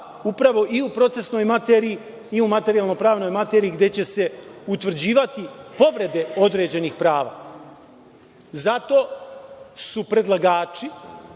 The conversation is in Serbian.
upravo i u procesnoj materiji i u materijalno-pravnoj materiji, gde će se utvrđivati povrede određenih prava. Zato su predlagači,